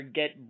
get